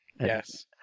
yes